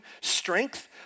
strength